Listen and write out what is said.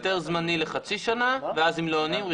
היתר זמני לחצי שנה ואז אם לא עונים,